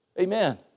Amen